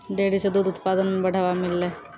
dairy सें दूध उत्पादन म बढ़ावा मिललय